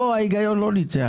כאן ההיגיון לא ניצח.